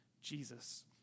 Jesus